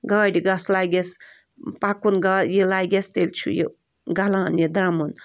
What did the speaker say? گاڑِ گسہِ لگٮ۪س پَکُن یہِ لگٮ۪س تیٚلہِ چھُ یہِ گَلان یہِ درٛمُن